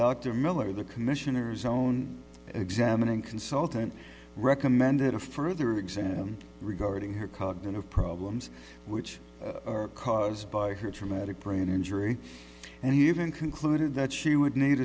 dr miller the commissioner's own examining consultant recommended a further exam regarding her cognitive problems which are caused by her traumatic brain injury and even concluded that she would need